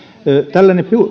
tällainen